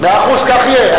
מאה אחוז, כך יהיה.